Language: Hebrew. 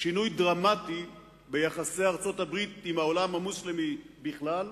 שינוי דרמטי ביחסי ארצות-הברית עם העולם המוסלמי בכלל,